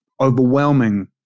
overwhelming